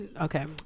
Okay